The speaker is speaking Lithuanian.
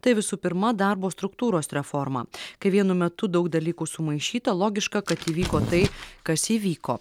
tai visų pirma darbo struktūros reforma kai vienu metu daug dalykų sumaišyta logiška kad įvyko tai kas įvyko